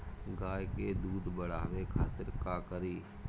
गाय के दूध बढ़ावे खातिर का करी?